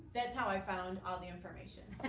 that's how i found all the information. and